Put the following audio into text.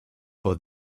for